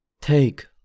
take